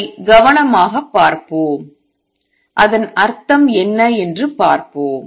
அதை கவனமாகப் பார்ப்போம் அதன் அர்த்தம் என்ன என்று பார்ப்போம்